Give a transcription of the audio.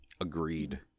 Agreed